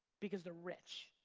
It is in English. because they're rich,